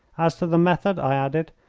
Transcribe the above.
as to the method, i added,